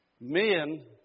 men